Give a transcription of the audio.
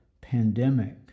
pandemic